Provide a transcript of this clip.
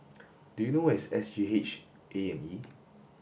do you know where is S G H A and E